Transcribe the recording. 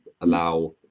allow